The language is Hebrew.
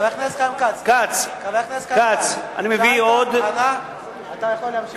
חבר הכנסת כץ, שאלת, אתה יכול להמשיך.